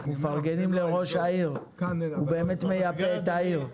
מפרגנים לראש העיר הוא באמת מייפה את העיר.